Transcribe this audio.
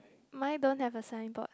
mine don't have a signboard